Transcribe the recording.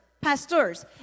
pastors